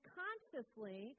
consciously